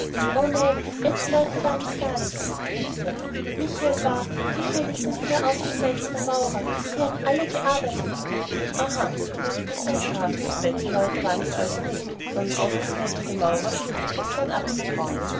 o nein bettelleute waren es gar nicht rief cedrik michael war michael ist ein sehr ausgezeichneter maurer sie haben alle gearbeitet aha beruhigte ihn der graf bettelleute waren es also nicht sondern sehr ausgezeichnete maurer stiefelputzer und